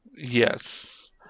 Yes